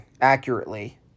accurately